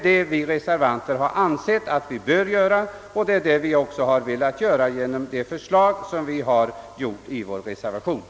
Det har reservanterna ansett att vi bör göra, och det är detta vi velat åstadkomma genom det förslag som framförts i reservationen.